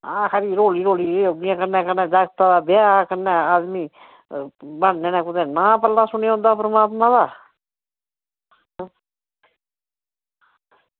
आं रहोली रहोली कन्नै जगतै दा ब्याह् कन्नै आदमी कन्नै ब्हानै नै नां सुनी लैंदा परमात्मा दा